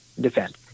defend